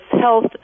health